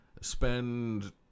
spend